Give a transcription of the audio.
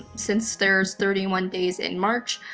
since there's thirty one days in march,